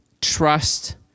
trust